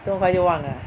这么快就忘了